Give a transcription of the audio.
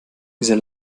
dieser